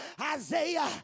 Isaiah